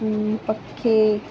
ਪੱਖੇ